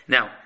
Now